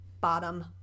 Bottom